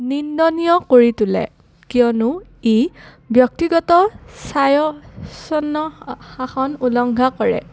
নিন্দনীয় কৰি তোলে কিয়নো ই ব্যক্তিগত শাসন উলংঘা কৰে